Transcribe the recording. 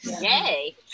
Yay